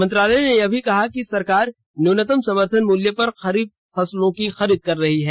मंत्रालय ने यह भी कहा है कि सरकार न्यूनतम समर्थन मूल्य पर खरीफ फसलों की खरीद कर रही है